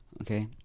Okay